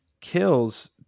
kills